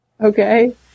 Okay